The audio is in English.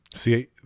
See